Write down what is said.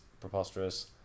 preposterous